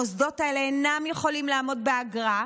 המוסדות האלה אינם יכולים לעמוד באגרה,